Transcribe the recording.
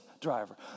driver